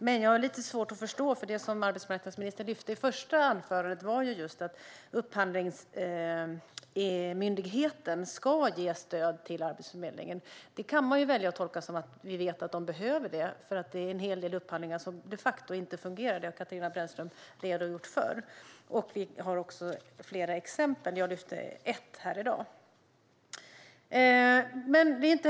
Men jag har lite svårt att förstå det här, för det som arbetsmarknadsministern lyfte fram i sitt första anförande var just att Upphandlingsmyndigheten ska ge stöd till Arbetsförmedlingen. Det kan man välja att tolka som att vi vet att de behöver det. Som Katarina Brännström har redogjort för finns det en hel del upphandlingar som de facto inte fungerar. Vi har flera exempel på detta, och jag lyfte fram ett här i dag.